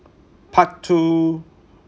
part two